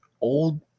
old